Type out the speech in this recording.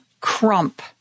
Crump